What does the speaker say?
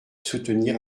soutenir